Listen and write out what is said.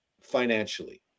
financially